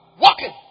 Walking